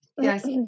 yes